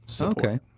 Okay